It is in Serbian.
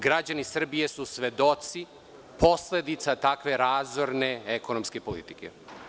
Građani Srbije su svedoci posledica takve razorne ekonomske politike.